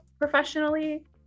professionally